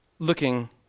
Looking